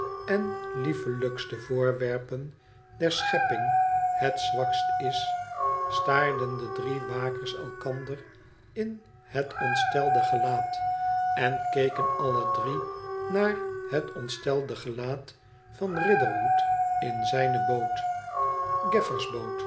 en liefelijkste voorwerpen der schepping het zwakst is staarden de drie wakers elkander in het ontstelde gelaat en keken alle drie naar het ontstelde gelaat van riderhood in zijne boot